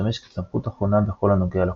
ומשמש כסמכות אחרונה בכל הנוגע לחוקים.